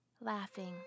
laughing